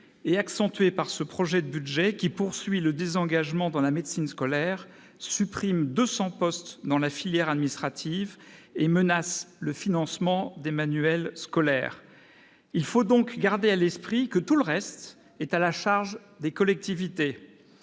sera accentué par ce projet de budget, qui poursuit le désengagement dans la médecine scolaire, supprime 200 postes dans la filière administrative et menace le financement des manuels scolaires. Il faut donc garder à l'esprit que tout le reste est à la charge des collectivités